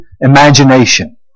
imagination